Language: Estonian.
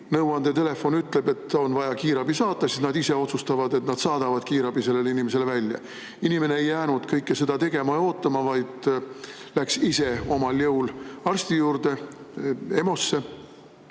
nõuandetelefon ütleb, et on vaja kiirabi saata, siis nad ise otsustavad, et nad saadavad selle inimese juurde kiirabi. Inimene ei jäänud kõike seda ootama, vaid läks ise, omal jõul arsti juurde, EMO-sse,